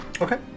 Okay